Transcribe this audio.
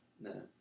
No